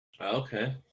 Okay